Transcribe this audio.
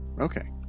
Okay